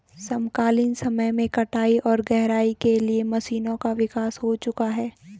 समकालीन समय में कटाई और गहराई के लिए मशीनों का विकास हो चुका है